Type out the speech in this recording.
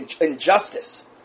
injustice